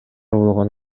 болгон